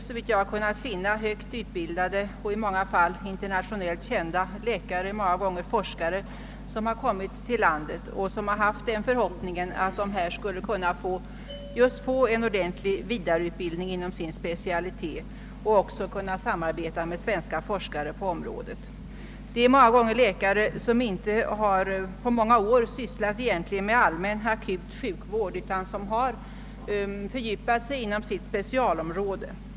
Såvitt jag har kunnat finna är det högt utbildade och i många fall internationellt kända läkare och forskare, som kommit hit till landet med förhoppningen att här få en ordentlig vidareutbildning inom sin specialitet och även kunna samarbeta med svenska forskare på området. Det är många gånger läkare som på flera år egentligen inte sysslat med allmän akutsjukvård utan som har fördjupat sig inom sitt specialområde.